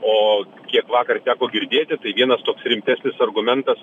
o kiek vakar teko girdėti tai vienas toks rimtesnis argumentas